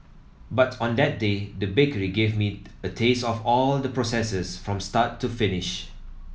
but on that day the bakery gave me a taste of all the processes from start to finish